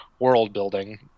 world-building